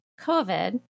COVID